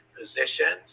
positions